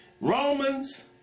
Romans